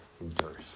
endures